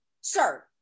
sir